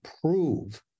prove